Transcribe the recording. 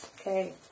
Okay